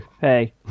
hey